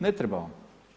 Ne treba vam.